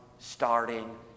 Starting